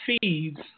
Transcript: feeds